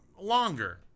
longer